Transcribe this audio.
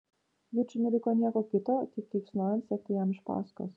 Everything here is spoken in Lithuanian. jučui neliko nieko kito tik keiksnojant sekti jam iš paskos